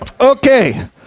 Okay